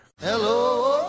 Hello